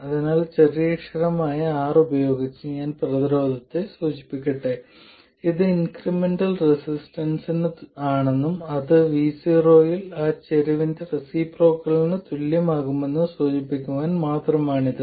അതിനാൽ ചെറിയക്ഷരമായ r ഉപയോഗിച്ച് ഞാൻ പ്രതിരോധത്തെ സൂചിപ്പിക്കട്ടെ ഇത് ഇൻക്രിമെന്റൽ റെസിസ്റ്റൻസ് ആണെന്നും അത് v0 ൽ ആ ചരിവിന്റെ റെസിപ്രോക്കലിന് തുല്യമാകുമെന്നും സൂചിപ്പിക്കാൻ മാത്രമാണിത്